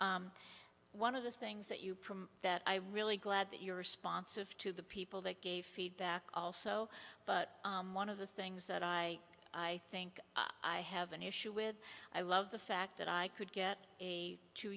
one of those things that you that i really glad that you're responsive to the people that gave feedback also but one of the things that i i think i have an issue with i love the fact that i could get a two